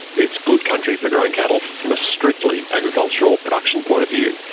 it's good country for growing cattle from a strictly agricultural production point of view,